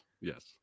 yes